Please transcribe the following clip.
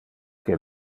que